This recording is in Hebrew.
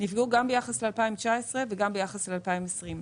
נפגעו גם ביחס ל-2019 וגם ביחס ל-2020.